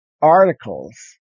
articles